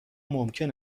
ممکن